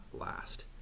last